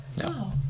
No